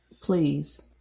Please